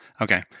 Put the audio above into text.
Okay